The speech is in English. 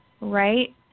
right